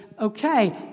okay